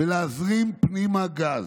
ולהזרים פנימה גז?"